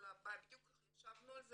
בדיוק ישבנו על זה,